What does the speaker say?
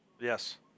Yes